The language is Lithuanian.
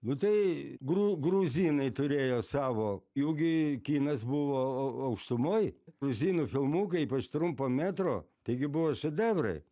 nu tai gru gruzinai turėjo savo jų gi kinas buvo a aukštumoj uzinų filmukai ypač trumpo metro taigi buvo šedevrai